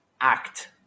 act